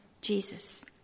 Jesus